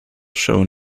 shown